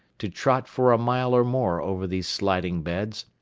to trot for a mile or more over these sliding beds,